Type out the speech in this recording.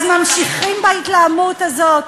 ממשיכים בהתלהמות הזאת.